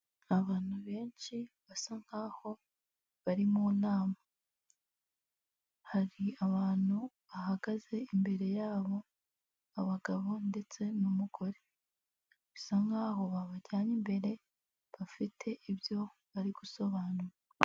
Abantu benshi basa nkaho bari mu nama. Hari abantu bahagaze imbere yabo, abagabo ndetse n'umugore. Bisa nkaho babajyanye imbere, bafite ibyo bari gusobanura.